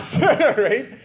right